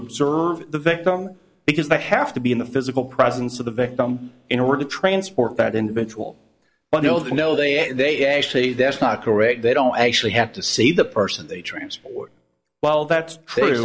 observe the victim because the have to be in the physical presence of the victim in order to transport that individual but no the you know they say that's not correct they don't actually have to see the person they transport well that's true